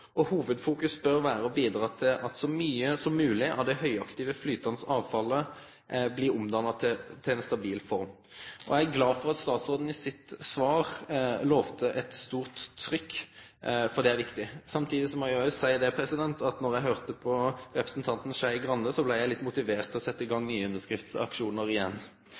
Hovudfokus bør vere å bidra til at så mykje som mogleg av det høgaktive flytande avfallet blir omdanna til ei stabil form. Eg er glad for at statsråden i sitt svar lova eit stort trykk, for det er viktig. Samtidig må eg jo òg seie at då eg høyrde på representanten Skei Grande, blei eg litt motivert til å setje i gang nye underskriftsaksjonar igjen.